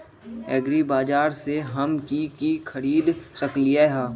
एग्रीबाजार से हम की की खरीद सकलियै ह?